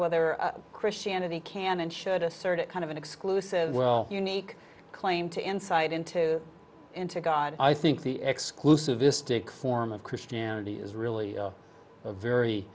whether christianity can and should a certain kind of an exclusive well unique claim to insight into into god i think the exclusive istic form of christianity is really a very